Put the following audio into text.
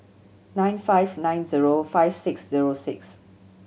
nine five nine zero five six zero six